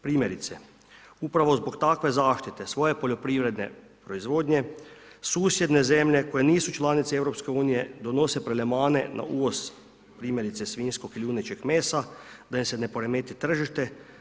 Primjerice, upravo zbog takve zaštite svoje poljoprivredne proizvodnje, susjedne zemlje koje nisu članice EU donose ... na uvoz primjerice svinjskog i junećeg mesa da im se ne poremeti tržište.